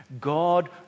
God